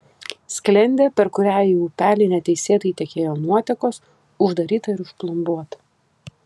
sklendė per kurią į upelį neteisėtai tekėjo nuotekos uždaryta ir užplombuota